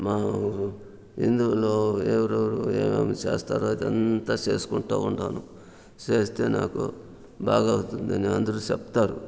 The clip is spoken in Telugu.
మా ఊరు ఇందులో ఎవరెవరు ఏమేమి చేస్తారో అదంతా చేసుకుంటూ ఉన్నాను చేస్తే నాకు బాగా అవుతుందని అందరూ చెప్తారు